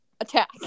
attack